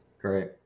Great